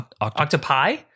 octopi